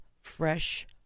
fresh